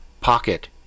pocket